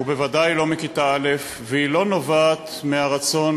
בוודאי מכיתה א'; והיא לא נובעת מהרצון